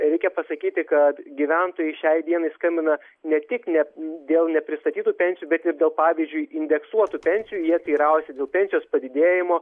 reikia pasakyti kad gyventojai šiai dienai skambina ne tik ne dėl nepristatytų pensijų bet ir dėl pavyzdžiui indeksuotų pensijų jie teiraujasi dėl pensijos padidėjimo